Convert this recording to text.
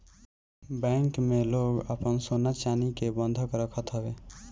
bank में लोग आपन सोना चानी के बंधक रखत हवे